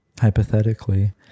hypothetically